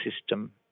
system